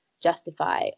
justify